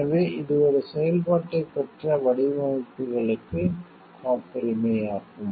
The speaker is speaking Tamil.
எனவே இது ஒரு செயல்பாட்டைப் பெற்ற வடிவமைப்புகளுக்கு காப்புரிமை ஆகும்